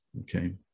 Okay